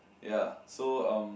ya so um